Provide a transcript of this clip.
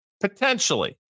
potentially